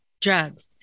Drugs